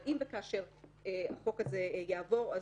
אבל אם וכאשר החוק הזה יעבור,